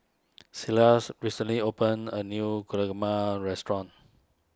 Silas recently opened a new restaurant